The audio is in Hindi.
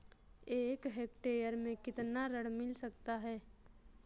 एक हेक्टेयर में कितना ऋण मिल सकता है?